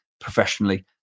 professionally